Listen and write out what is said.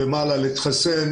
כן.